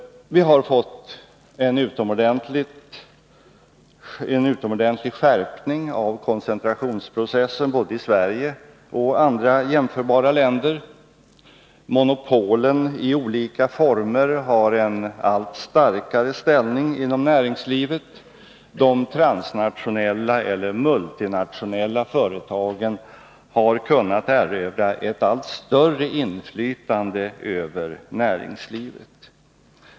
Vi har fått en utomordentlig skärpning av koncentrationsprocessen både i Sverige och i andra jämförbara länder. Monopolen i olika former har en allt starkare ställning inom näringslivet. De transnationella eller multinationella företagen har kunnat erövra ett allt större inflytande över näringslivet.